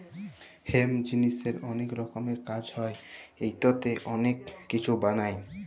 hemp জিলিসের অলেক রকমের কাজ হ্যয় ইটতে অলেক কিছু বালাই